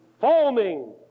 foaming